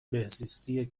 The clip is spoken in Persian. بهزیستی